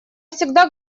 всегда